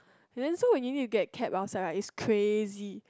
and then so when you you get cab outside right is crazy